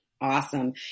Awesome